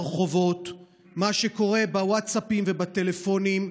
מה שקורה ברחובות, מה שקורה בווטסאפים ובטלפונים,